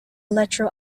electro